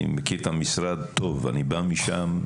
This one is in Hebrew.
אני מכיר את המשרד טוב; אני בא משם.